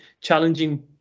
challenging